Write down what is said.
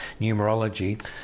numerology